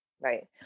right